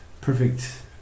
Perfect